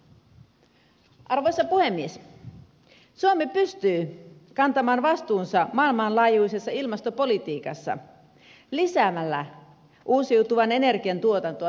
suomi pystyy kantamaan vastuunsa maailmanlaajuisessa ilmastopolitiikassa lisäämällä uusiutuvan energian tuotantoa merkittävästi